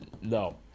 No